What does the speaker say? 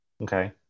Okay